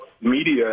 media